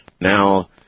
Now